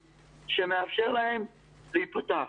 שהוא מצפה מגופי התרבות להמשיך ולתפקד ולצאת